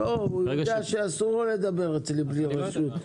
לא אחזור על הנקודות שעלו כאן בדיון.